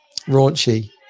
Raunchy